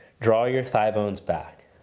draw your thighbones back.